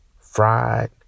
fried